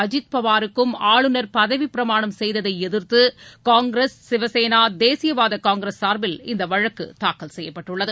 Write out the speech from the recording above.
அஜித் பவாருக்கும் ஆளுநர் பதவிப்பிரமாணம் செய்ததை எதிர்த்து காங்கிரஸ் சிவசேனா தேசியவாத காங்கிரஸ் சார்பில் இந்த வழக்கு தாக்கல் செய்யப்பட்டுள்ளது